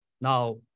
Now